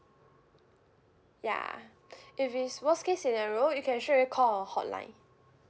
ya if it's worst case scenario you can straight away call hotline